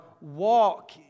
walk